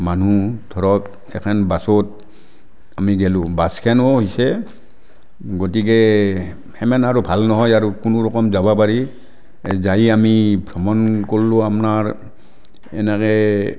মানুহ ধৰক এখন বাছত আমি গলোঁ বাছখনো হৈছে গতিকে সিমান আৰু ভাল নহয় আৰু কোনোৰকম যাব পাৰি যাই আমি ভ্ৰমণ কৰিলোঁ আপোনাৰ এনেকৈ